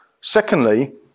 Secondly